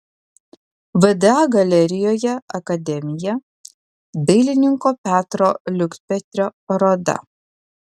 vda galerijoje akademija dailininko petro liukpetrio paroda